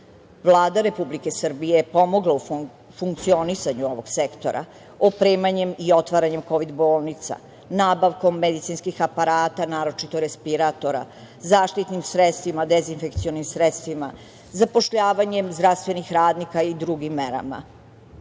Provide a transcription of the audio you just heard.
Vlada Republike Srbije pomogla je u funkcionisanju ovog sektora opremanjem i otvaranjem kovid bolnica, nabavkom medicinskih aparata naročito respiratora, zaštitnim sredstvima, dezinfekcionim sredstvima, zapošljavanjem zdravstvenih radnika i drugim merama. To